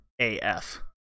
AF